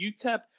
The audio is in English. UTEP